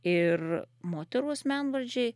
ir moterų asmenvardžiai